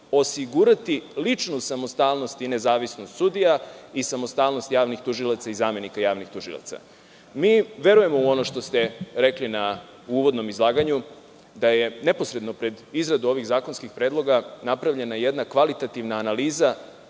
osigurati ličnu samostalnost i nezavisnost sudija i samostalnost javnih tužilaca i zamenika javnih tužilaca. Verujemo u ono što ste rekli u uvodnom izlaganju, da je neposredno pred izradu ovih zakonskih predloga napravljena jedna kvalitativna analiza